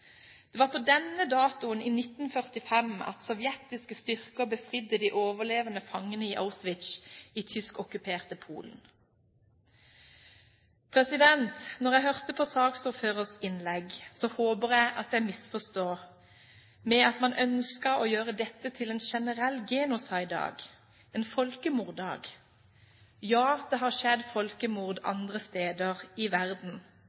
Det var på denne datoen i 1945 at sovjetiske styrker befridde de overlevende fangene i Auschwitz i tyskokkuperte Polen. Da jeg hørte på saksordførerens innlegg, håpet jeg at jeg misforsto, at man ønsker å gjøre dette til en generell genocidedag – en folkemorddag. Ja, det har skjedd folkemord andre steder i verden,